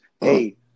hey